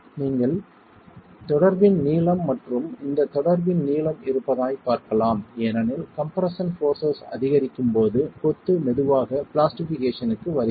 நீங்கள் தொடர்பின் நீளம் மற்றும் இந்த தொடர்பின் நீளம் இருப்பதாய் பார்க்கலாம் ஏனெனில் கம்ப்ரெஸ்ஸன் போர்ஸஸ் அதிகரிக்கும் போது கொத்து மெதுவாக பிளாஸ்டிஃபிகேஷன்க்கு வருகிறது